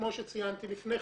כמו שציינתי לפניכן,